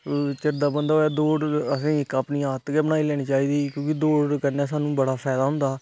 चिर दा बंदा होऐ दौड़ आसेंगी इक अपनी आदत गै बनाई लेनी चाहिदी क्योकि दौड कन्नै सानू बड़ा फायदा होंदा